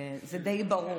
זה די ברור.